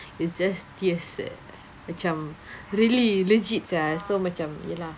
it's just tears eh macam really legit sia so macam ya lah